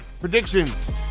Predictions